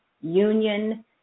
Union